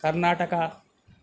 Karnataka